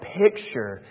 picture